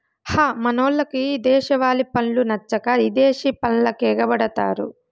హ మనోళ్లకు దేశవాలి పండ్లు నచ్చక ఇదేశి పండ్లకెగపడతారు